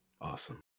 Awesome